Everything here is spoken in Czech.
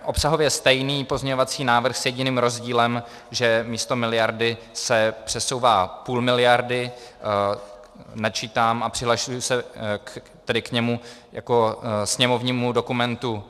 Obsahově stejný pozměňovací návrh s jediným rozdílem, že místo miliardy se přesouvá půl miliardy, načítám a přihlašuji se tedy k němu jako sněmovnímu dokumentu 1922.